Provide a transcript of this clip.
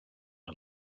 him